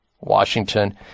Washington